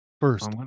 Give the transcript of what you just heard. First